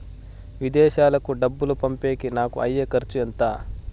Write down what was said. విదేశాలకు డబ్బులు పంపేకి నాకు అయ్యే ఖర్చు ఎంత?